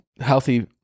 healthy